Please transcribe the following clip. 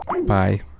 Bye